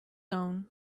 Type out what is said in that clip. own